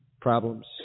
problems